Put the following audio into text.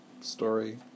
story